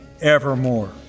evermore